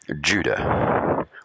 Judah